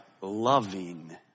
loving